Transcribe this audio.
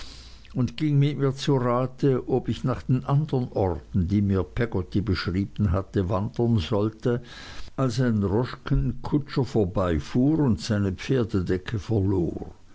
und ging mit mir zu rate ob ich nach den andern orten die mir peggotty geschrieben hatte wandern sollte als ein droschkenkutscher vorbeifuhr und seine pferdedecke verlor